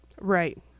Right